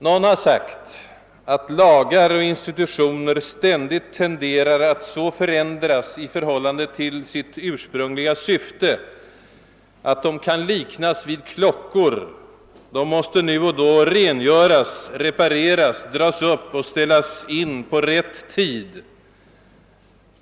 Någon har sagt att lagar och institutioner ständigt tenderar att så förändras i förhållande till det ursprungliga syftet, alt de kan liknas vid klockor; de måste nu och då rengöras, repareras, dras upp och ställas in på rätt tid.